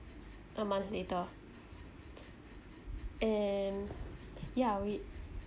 a month later and yeah we